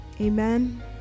Amen